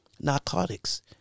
narcotics